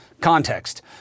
Context